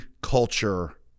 culture